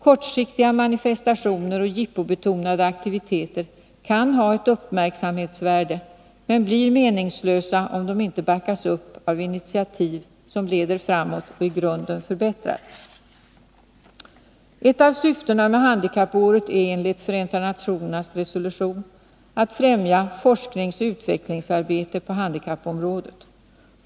Kortsiktiga manifestationer och jippobetonade aktiviteter kan ha ett uppmärksamhetsvärde men blir meningslösa om de inte backas upp av initiativ som leder framåt och i grunden förbättrar. Ett av syftena med handikappåret är enligt Förenta nationernas resolution att främja forskningsoch utvecklingsarbete på handikappområdet.